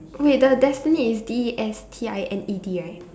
wait the destiny is D E S T I N E D right